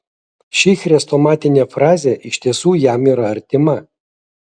ši chrestomatinė frazė iš tiesų jam yra artima